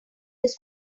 his